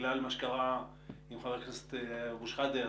בגלל מה שקרה עם חבר הכנסת אבו שחאדה,